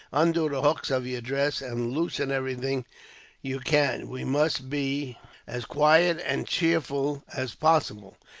undo the hooks of your dress, and loosen everything you can. we must be as quiet and cheerful as possible.